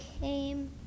came